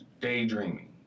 daydreaming